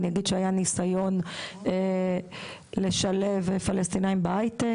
אני אגיד שהיה ניסיון לשלב פלשתינאים בהייטק,